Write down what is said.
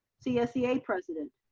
csea president.